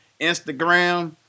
Instagram